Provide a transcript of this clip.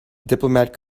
diplomat